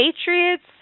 Patriots